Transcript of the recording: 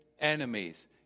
enemies